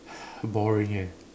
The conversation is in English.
boring eh